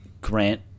Grant